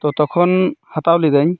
ᱛᱚ ᱛᱚᱠᱷᱚᱱ ᱦᱟᱛᱟᱣ ᱞᱤᱫᱟᱹᱧ